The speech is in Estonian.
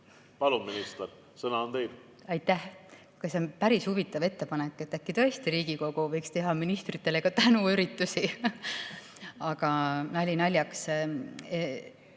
palun, minister, sõna on teil! Aitäh! See on päris huvitav ettepanek, et äkki tõesti Riigikogu võiks teha ministritele ka tänuüritusi. Aga nali naljaks.